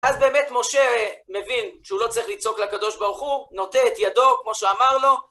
אז באמת משה מבין שהוא לא צריך לצעוק לקדוש ברוך הוא, נוטה את ידו כמו שאמר לו.